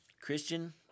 Christian